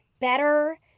better